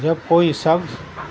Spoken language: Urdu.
جب کوئی شخص